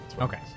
Okay